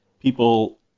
People